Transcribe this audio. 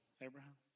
Abraham